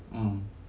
mm